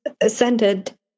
ascended